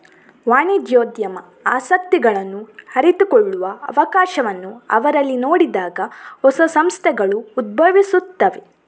ವಾಣಿಜ್ಯೋದ್ಯಮ ಆಸಕ್ತಿಗಳನ್ನು ಅರಿತುಕೊಳ್ಳುವ ಅವಕಾಶವನ್ನು ಅವರಲ್ಲಿ ನೋಡಿದಾಗ ಹೊಸ ಸಂಸ್ಥೆಗಳು ಉದ್ಭವಿಸುತ್ತವೆ